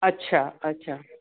अच्छा अच्छा